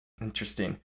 interesting